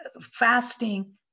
fasting